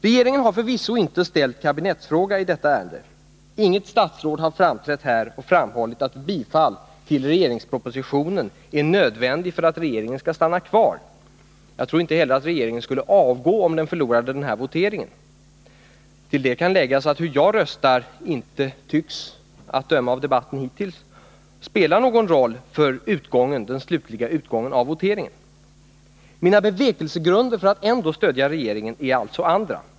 Regeringen har förvisso inte ställt kabinettsfråga i detta ärende. Inget statsråd har framträtt och framhållit att ett bifall till propositionen är nödvändigt för att regeringen skall stanna kvar. Jag tror inte heller att regeringen skulle avgå, om den förlorar den här voteringen. Hur jag röstar tycks f. ö., att döma av debatten hittills, inte spela någon roll för den slutliga utgången av voteringen. Mina bevekelsegrunder för att ändå stödja regeringen är alltså andra.